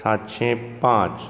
सातशे पांच